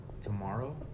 tomorrow